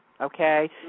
okay